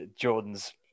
Jordan's